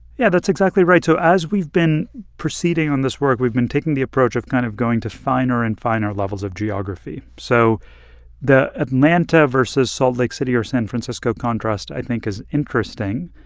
yeah, that's exactly right. so as we've been proceeding on this work, we've been taking the approach of kind of going to finer and finer levels of geography. so the atlanta versus salt lake city or san francisco contrast, i think, is interesting.